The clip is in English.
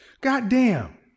Goddamn